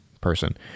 person